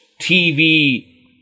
TV